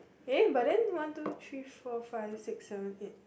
eh but then one two three four five six seven eight nine ten